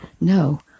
No